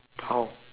how